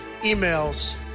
emails